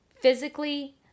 physically